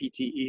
PTE